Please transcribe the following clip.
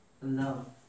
love